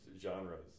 genres